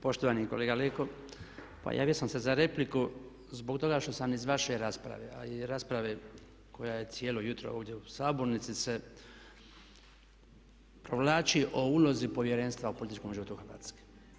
Poštovani kolega Leko pa javio sam se za repliku zbog toga što sam iz vaše rasprave, a i rasprave koja je cijelo jutro ovdje u sabornici se provlači o ulozi povjerenstva u političkom životu Hrvatske.